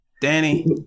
Danny